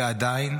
ועדיין,